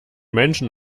menschen